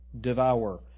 devour